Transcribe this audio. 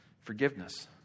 Forgiveness